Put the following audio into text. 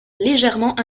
légèrement